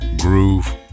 Groove